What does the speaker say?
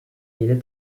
beri